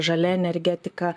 žalia energetika